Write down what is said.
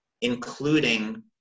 including